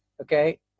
Okay